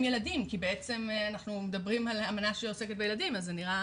ילדים כי בעצם אנחנו מדברים על אמנה שעוסקת בילדים אז זה נראה